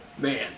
Man